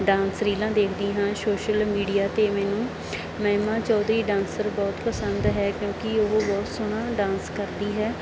dance ਰੀਲਾਂ ਦੇਖਦੀ ਹਾਂ ਸੋਸ਼ਲ ਮੀਡੀਆ 'ਤੇ ਮੈਨੂੰ ਮਹਿਮਾ ਚੌਧਰੀ ਡਾਂਸਰ ਬਹੁਤ ਪਸੰਦ ਹੈ ਕਿਉਂਕਿ ਉਹ ਬਹੁਤ ਸੋਹਣਾ ਡਾਂਸ ਕਰਦੀ ਹੈ